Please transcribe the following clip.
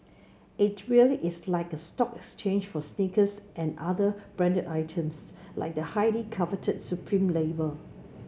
it really is like a stock exchange for sneakers and other branded items like the highly coveted supreme label